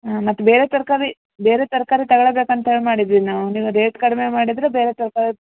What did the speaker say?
ಹಾಂ ಮತ್ತೆ ಬೇರೆ ತರಕಾರಿ ಬೇರೆ ತರಕಾರಿ ತೊಗೊಳಬೇಕಂತ ಮಾಡಿದ್ವಿ ನಾವು ನೀವು ರೇಟ್ ಕಡಿಮೆ ಮಾಡಿದರೆ ಬೇರೆ ತರಕಾರಿ